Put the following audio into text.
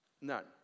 none